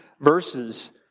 verses